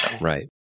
Right